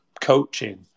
coaching